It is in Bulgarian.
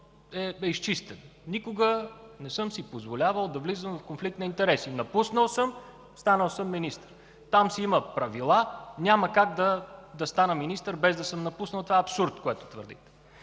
е изчистен. Никога не съм си позволявал да влизам в конфликт на интереси. Напуснал съм, станал съм министър. Там си има правила. Няма как да стана министър, без да съм напуснал. Абсурд е това, което твърдите.